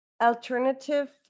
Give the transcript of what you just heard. alternative